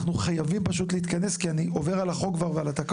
אנחנו חייבים להתכנס, כי אני עובר על התקנון.